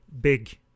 big